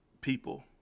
people